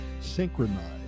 synchronized